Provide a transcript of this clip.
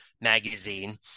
magazine